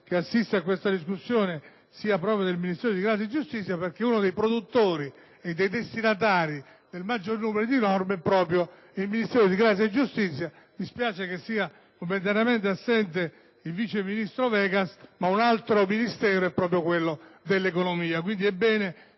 che assiste a questa discussione sia proprio quello per la giustizia perché uno dei produttori e dei destinatari del maggior numero di norme è proprio il suo Dicastero. Mi spiace sia momentaneamente assente il vice ministro Vegas, ma un altro Ministero interessato è proprio quello dell'economia.